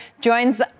joins